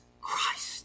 Christ